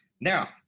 Now